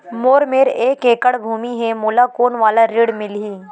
मोर मेर एक एकड़ भुमि हे मोला कोन वाला ऋण मिलही?